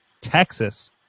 Texas